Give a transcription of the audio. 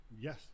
Yes